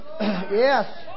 Yes